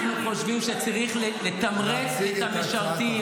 אנחנו חושבים שצריך לתמרץ את המשרתים.